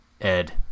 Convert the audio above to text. Ed